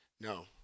no